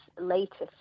latest